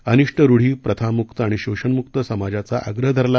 अनिष्ट रुढी प्रथामुक्त आणि शोषणमुक्त समाजाचा आग्रह धरला